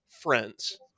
friends